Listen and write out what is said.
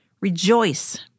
Rejoice